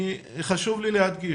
חשוב לי להדגיש,